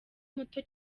muto